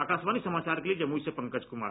आकाशवाणी समाचार के लिए जमुई से पंकज कुमार